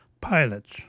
pilots